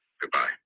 Goodbye